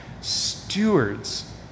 stewards